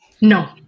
No